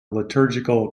liturgical